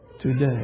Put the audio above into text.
today